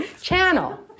Channel